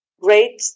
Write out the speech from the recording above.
great